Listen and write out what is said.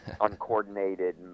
uncoordinated